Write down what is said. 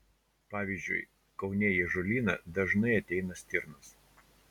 pavyzdžiui kaune į ąžuolyną dažnai ateina stirnos